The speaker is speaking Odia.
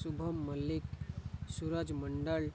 ଶୁଭମ ମଲ୍ଲିକ ସୁରଜ ମଣ୍ଡଳ